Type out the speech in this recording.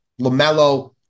LaMelo